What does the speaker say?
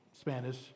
Spanish